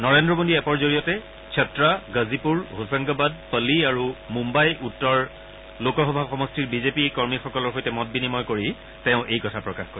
নৰেন্দ্ৰ মোদী এপৰ জড়িয়তে ছাত্ৰাগাজিপুৰহোছাংগাবাদপলি আৰু মুম্বাই উত্তৰ লোক সমষ্টিৰ বিজেপি কৰ্মীসকলৰ সৈতে মত বিনিময় কৰি তেওঁ এই কথা প্ৰকাশ কৰে